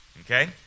Okay